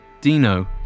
Dino